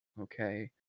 okay